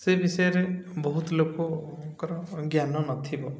ସେ ବିଷୟରେ ବହୁତ ଲୋକଙ୍କର ଜ୍ଞାନ ନଥିବ